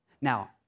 Now